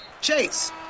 Chase